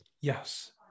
yes